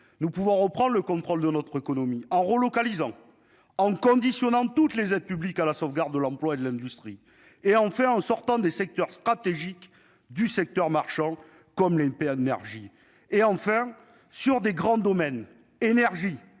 nous pouvons reprend le contrôle de notre économie en relocalisant, en conditionnant toutes les aides publiques à la sauvegarde de l'emploi et de l'industrie et en fait en sortant des secteurs stratégiques du secteur marchand, comme le NPA d'énergie et enfin sur des grands domaines énergie